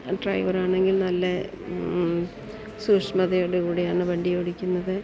ഡ്രൈവറാണെങ്കിൽ നല്ല സൂഷ്മതയോടു കൂടിയാണ് വണ്ടി ഓടിക്കുന്നത്